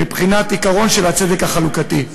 מבחינת עקרון הצדק החלוקתי.